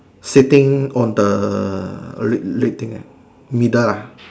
sitting on the red thing ah middle lah